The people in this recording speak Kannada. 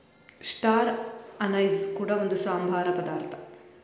ಸ್ಟಾರ್ ಅನೈಸ್ ಕೂಡ ಒಂದು ಸಾಂಬಾರ ಪದಾರ್ಥ